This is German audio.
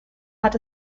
hat